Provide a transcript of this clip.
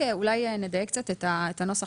אולי נדייק קצת את הנוסח.